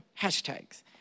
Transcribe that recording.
hashtags